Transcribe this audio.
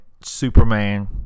Superman